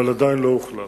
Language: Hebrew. אבל עדיין לא הוחלט.